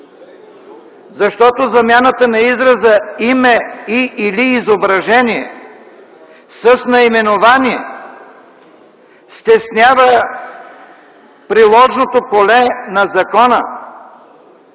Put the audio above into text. Защото замяната на израза „име и/или изображение” с „наименование” стеснява приложното поле на закона